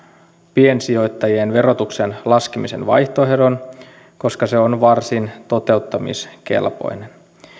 piensijoittajien verotuksen laskemisen vaihtoehdon koska se on varsin toteuttamiskelpoinen